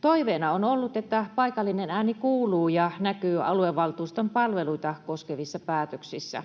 Toiveena on ollut, että paikallinen ääni kuuluu ja näkyy aluevaltuuston palveluita koskevissa päätöksissä.